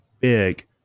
big